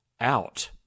out